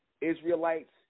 Israelites